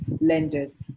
lenders